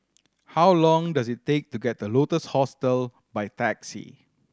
how long does it take to get to Lotus Hostel by taxi